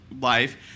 life